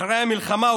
אחרי המלחמה,